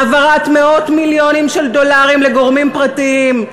העברת מאות מיליונים של דולרים לגורמים פרטיים.